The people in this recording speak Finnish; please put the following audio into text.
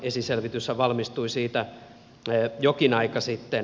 esiselvityshän valmistui siitä jokin aika sitten